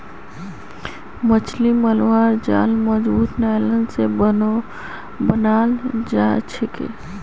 माछ मरवार जाल मजबूत नायलॉन स बनाल जाछेक